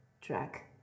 track